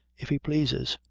if he pleases.